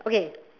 okay